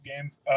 games